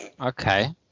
Okay